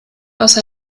aus